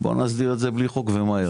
בוא נסדיר את זה בלי חוק ומהר.